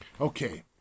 Okay